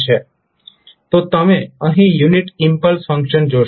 તો તમે અહીં યુનિટ ઇમ્પલ્સ ફંક્શન જોશો